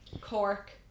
Cork